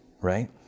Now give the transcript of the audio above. right